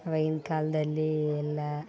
ಅವಾಗಿನ ಕಾಲದಲ್ಲಿ ಎಲ್ಲ